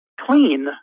clean